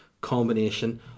combination